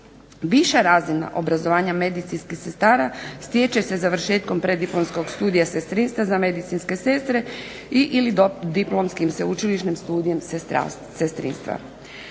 Viša razina obrazovanja medicinskih sestara stječe se završetkom preddiplomskog studija sestrinstva za medicinske sestre ili diplomskim sveučilišnim studijem sestrinstva.